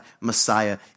Messiah